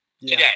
today